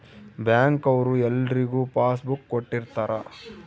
bank ಅವ್ರು ಎಲ್ರಿಗೂ passbook ಕೊಟ್ಟಿರ್ತರ